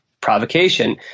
provocation